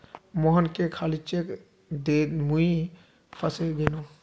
मोहनके खाली चेक दे मुई फसे गेनू